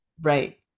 Right